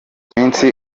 iminsi